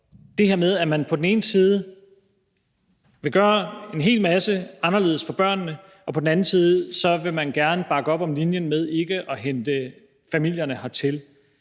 det her med, at man på den ene side vil gøre en hel masse anderledes for børnene, og at man på den anden side gerne vil bakke op om linjen med ikke at hente familierne hertil.